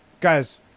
guys